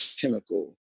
chemical